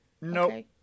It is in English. Nope